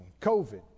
COVID